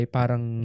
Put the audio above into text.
parang